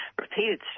repeated